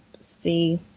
see